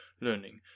learning